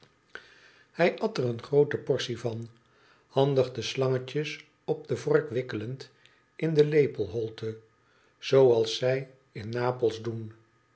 hij at er een groote portie van handig de slangetjes op de vork wikkelend in de lepelholte zoo als zij in napels doen